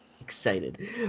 excited